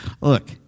Look